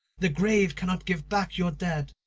the grave cannot give back your dead,